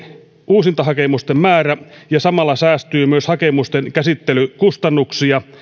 uusintahakemusten määrä ja samalla säästyy myös hakemusten käsittelykustannuksia